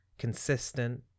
consistent